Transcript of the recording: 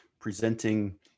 presenting